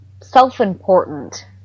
Self-important